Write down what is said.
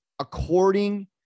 according